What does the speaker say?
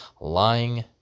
lying